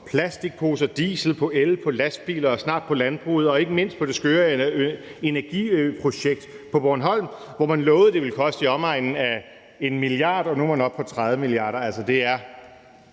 plastikposer, på diesel, på el, på lastbiler og snart på landbruget og ikke mindst på det skøre energiøprojekt på Bornholm, hvor man lovede, at det ville koste i omegnen af 1 mia. kr., og nu er man oppe på 30 mia. kr.